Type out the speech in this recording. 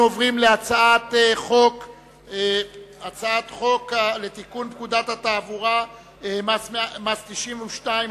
אנחנו עוברים להצעת חוק לתיקון פקודת התעבורה (מס' 92),